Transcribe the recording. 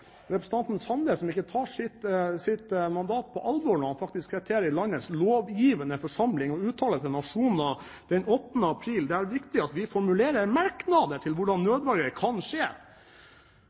representanten Sande som ikke tar sitt mandat på alvor når han, som faktisk sitter i landets lovgivende forsamling, uttaler til Nationen den 8. april: «Det er viktig at vi formulerer merknader til hvordan nødverge kan skje.»